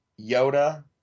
yoda